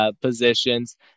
positions